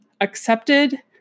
accepted